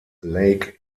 lake